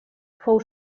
fou